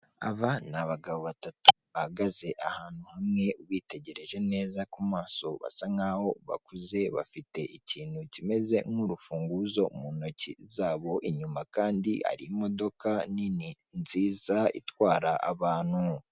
Inzu icumbikirwamo abantu izwi nka hoteli, ikikijwe n'indabo zo mu bwoko butandukanye ziri mu mavaze amabara y'icyatsi n'amabara y'umutuku wijimye, ikaba ari inyubako igeretse iri mu mabara y'umuhondo.